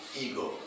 ego